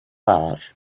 laws